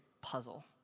puzzle